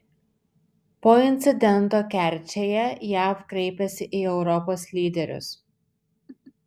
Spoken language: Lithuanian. po incidento kerčėje jav kreipiasi į europos lyderius